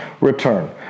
return